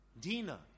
Dina